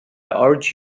urge